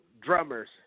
drummers